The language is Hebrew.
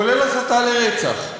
כולל הסתה לרצח,